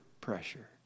pressure